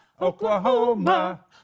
Oklahoma